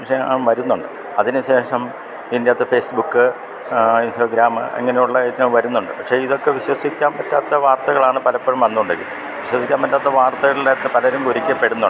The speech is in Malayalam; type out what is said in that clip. വിഷയം വരുന്നുണ്ട് അതിന് ശേഷം ഇതിന്റകത്ത് ഫേസ്ബുക്ക് ഇൻസ്റ്റഗ്രാമ് ഇങ്ങനെയുള്ള ഐറ്റം വരുന്നുണ്ട് പക്ഷേ ഇതൊക്കെ വിശ്വസിക്കാൻ പറ്റാത്ത വാർത്തകളാണ് പലപ്പോഴും വന്നോണ്ടത് വിശ്വസിക്കാൻ പറ്റാത്ത വാർത്തകളിലകത്ത് പലരും പിടിക്കപ്പെടുന്നുണ്ട്